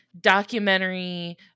documentary